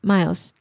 Miles